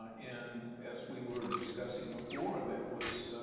and as we were discussing before, that was,